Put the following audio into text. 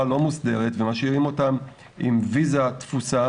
לא מוסדרת ומשאירים אותם עם ויזה תפוסה,